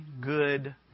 good